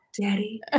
Daddy